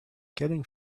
getting